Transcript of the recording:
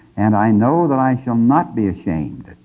and i know that i shall not be ashamed.